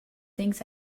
things